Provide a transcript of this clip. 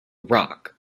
rock